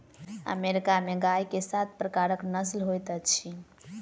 America में गाय के सात प्रकारक नस्ल होइत अछि